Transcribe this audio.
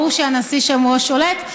וברור שהנשיא שם הוא שולט.